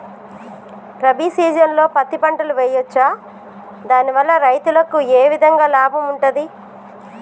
రబీ సీజన్లో పత్తి పంటలు వేయచ్చా దాని వల్ల రైతులకు ఏ విధంగా లాభం ఉంటది?